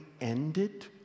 ended